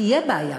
תהיה בעיה,